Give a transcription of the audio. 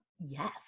Yes